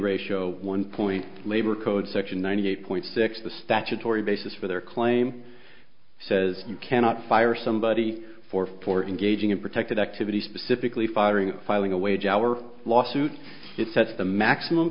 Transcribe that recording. ratio one point labor code section one hundred eight point six the statutory basis for their claim says you cannot fire somebody for for engaging in protected activity specifically firing filing a wage our lawsuit it sets the maximum